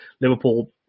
Liverpool